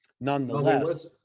Nonetheless-